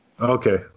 Okay